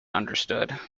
understood